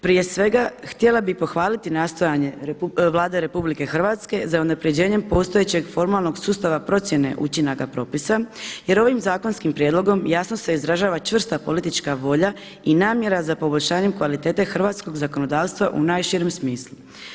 Prije svega htjela bih pohvaliti nastojanje Vlade RH za unapređenjem postojećeg formalnog sustava procjene učinaka propisa, jer ovim zakonskim prijedlogom jasno se izražava čvrsta politička volja i namjera za poboljšanjem kvalitete hrvatskog zakonodavstva u najširem smislu.